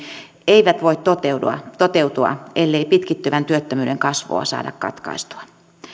eivät voi toteutua toteutua ellei pitkittyvän työttömyyden kasvua saada katkaistua